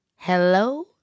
Hello